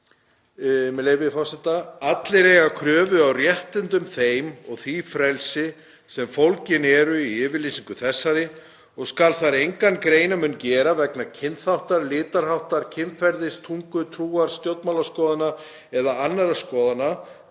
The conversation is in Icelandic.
með leyfi forseta: „Allir eiga kröfu á réttindum þeim og því frelsi sem fólgin eru í yfirlýsingu þessari og skal þar engan greinarmun gera vegna kynþáttar, litarháttar, kynferðis, tungu, trúar, stjórnmálaskoðana eða annarra skoðana,